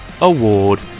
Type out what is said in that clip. Award